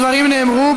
הדברים נאמרו,